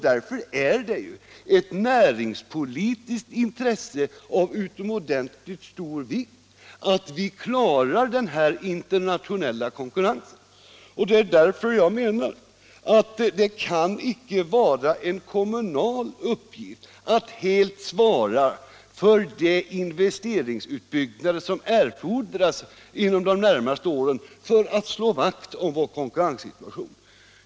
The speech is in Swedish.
Därför är det ett näringspolitiskt intresse av utomordentligt stor vikt att vi klarar denna internationella konkurrens, och det är därför jag anser att det inte kan vara en kommunal uppgift att helt svara för de investeringsutbyggnader som erfordras för att slå vakt om vår konkurrenssituation inom de närmaste åren.